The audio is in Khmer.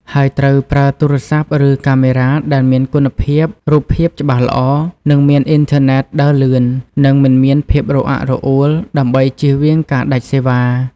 ហើយត្រូវប្រើទូរស័ព្ទ ឬកាមេរ៉ាដែលមានគុណភាពរូបភាពច្បាស់ល្អ និងមានអ៊ីនធឺណិតដើរលឿន និងមិនមានភាពរអាក់រអួល ដើម្បីជៀសវាងការដាច់សេវ៉ា។